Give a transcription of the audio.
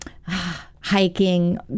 hiking